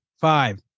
five